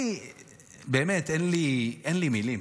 אין לי מילים